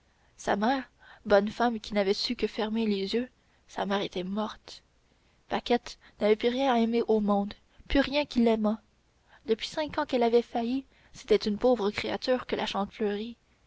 sa mère bonne femme qui n'avait jamais su que fermer les yeux sa mère était morte paquette n'avait plus rien à aimer au monde plus rien qui l'aimât depuis cinq ans qu'elle avait failli c'était une pauvre créature que la